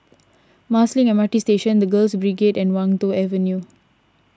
Marsiling M R T Station the Girls Brigade and Wan Tho Avenue